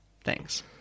Thanks